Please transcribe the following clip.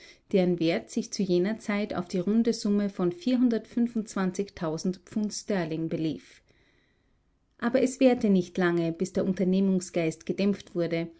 deren wert sich zu jener zeit auf die runde summe von pfund sterling belief aber es währte nicht lange bis der unternehmungsgeist gedämpft wurde